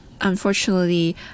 Unfortunately